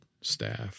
staff